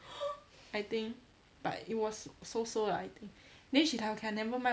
I think but it was so so lah then she like okay ah never mind